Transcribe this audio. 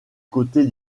côté